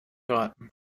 raten